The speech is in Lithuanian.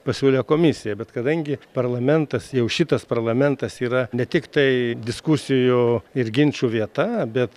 pasiūlė komisija bet kadangi parlamentas jau šitas parlamentas yra ne tiktai diskusijų ir ginčų vieta bet